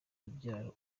urubyaro